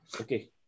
okay